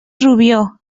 rubió